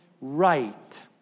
Right